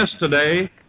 Yesterday